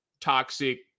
toxic